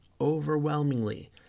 overwhelmingly